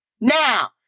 Now